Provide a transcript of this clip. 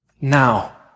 Now